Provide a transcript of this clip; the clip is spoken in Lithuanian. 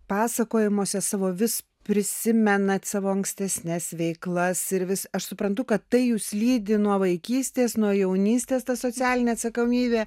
pasakojimuose savo vis prisimenat savo ankstesnes veiklas ir vis aš suprantu kad tai jus lydi nuo vaikystės nuo jaunystės ta socialinė atsakomybė